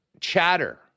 chatter